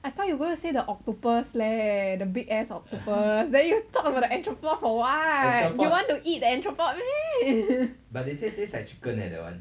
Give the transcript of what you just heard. I thought you gonna say the octopus leh the big ass octopus then you talk about the entrepot for what you want to eat the entrepot meh